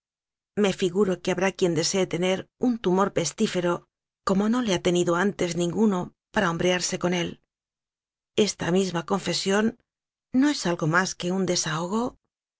me figuro que habrá quien desee tener un tumor pes tífero como no le ha tejido anteá ninguno para hombrearse con él esta misma confe osión no es algo más que un desahogo